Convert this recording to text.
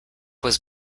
was